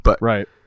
Right